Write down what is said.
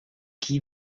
qui